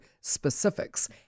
specifics